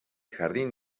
jardín